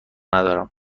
ندارم